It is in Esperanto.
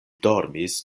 dormis